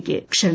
ക്ക് ക്ഷണം